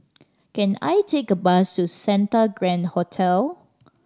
can I take a bus to Santa Grand Hotel